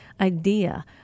idea